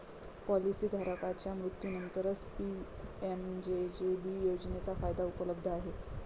policy धारकाच्या मृत्यूनंतरच PMJJB योजनेचा फायदा उपलब्ध आहे